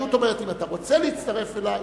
היהדות אומרת: אם אתה רוצה להצטרף אלי,